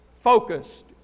focused